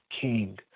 king